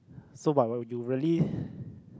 so but but you really